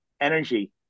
energy